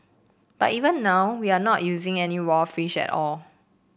but even now we are not using any raw fish at all